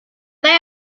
they